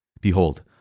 Behold